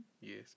Yes